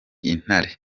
intare